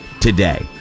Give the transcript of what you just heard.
today